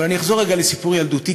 אבל אני אחזור רגע לסיפור ילדותי,